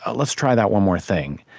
ah let's try that one more thing.